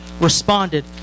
responded